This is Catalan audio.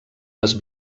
les